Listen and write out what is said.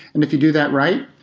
and if you do that right,